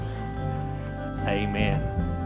amen